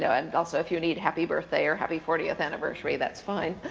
so and also if you need happy birthday or happy fortieth anniversary that's fine.